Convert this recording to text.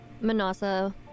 Manasa